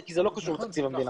כי זה לא קשור לתקציב המדינה.